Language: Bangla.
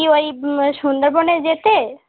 কি ওই সুন্দরবনে যেতে